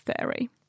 theory